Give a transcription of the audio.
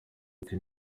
ati